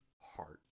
heart